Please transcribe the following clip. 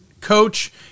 coach